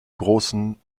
großen